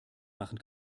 machen